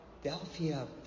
Philadelphia